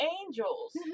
angels